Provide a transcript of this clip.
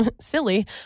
silly